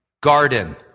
Garden